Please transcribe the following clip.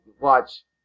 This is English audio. watch